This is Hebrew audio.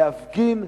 להפגין,